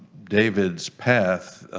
david's path